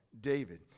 david